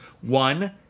One